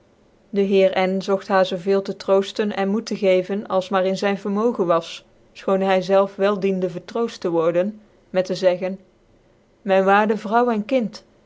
dc heer n zogt haar zoo veel te vertrooften en moed te geven als maar xh zyn vernjoogen was fchoon een neger f hy zelve wel diende vertroofr te worden met tc zeggen myn waarde vrouw cn kind